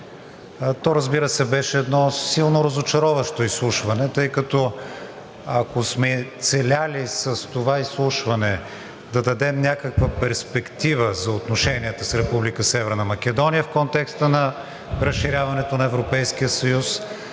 То, разбира се, беше едно силно разочароващо изслушване, тъй като, ако сме целели с това изслушване да дадем някаква перспектива за отношенията с Република Северна Македония в контекста на разширяването на Европейския съюз,